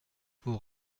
vous